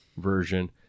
Version